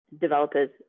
developers